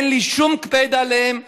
אין לי שום קפידה עליהם.